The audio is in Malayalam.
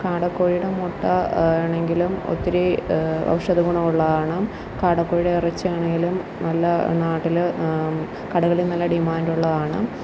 കാടക്കോഴിയുടെ മുട്ട ആണെങ്കിലും ഒത്തിരി ഔഷധ ഗുണം ഉള്ളതാണ് കാടക്കോഴിയുടെ ഇറച്ചിയാണെങ്കിലും നല്ല നാട്ടിൽ കടകളിൽ നല്ല ഡിമാൻ്റുള്ളതാണ്